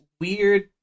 weird